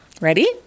Ready